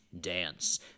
Dance